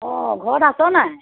অঁ ঘৰত আছ নাই